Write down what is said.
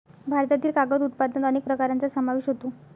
भारतातील कागद उत्पादनात अनेक प्रकारांचा समावेश होतो